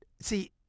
see